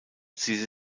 sie